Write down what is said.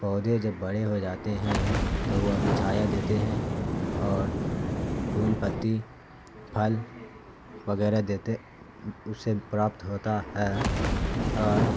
پودھے جب بڑے ہو جاتے ہیں تو وہ ہمیں چھایہ دیتے ہیں اور پھول پتی پھل وغیرہ دیتے اس سے پراپت ہوتا ہے اور